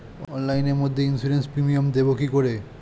অনলাইনে মধ্যে insurance premium দেবো কি করে?